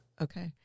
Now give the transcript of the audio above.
Okay